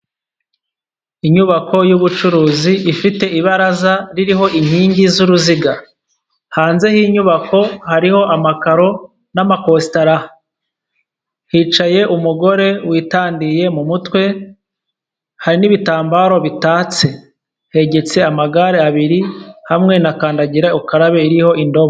Inyubako yubucuruzi ifite ibaraza ririho inkingi z'uruziga. Hanze yininyubako hariho amakaro n'amakositarq, hicaye umugore witandiye mu mutwe, hari n'ibitambaro bitatse, hegetse amagare abiri hamwe na kandagira ukarabe iriho indobo.